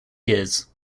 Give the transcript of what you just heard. years